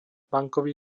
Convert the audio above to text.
bankový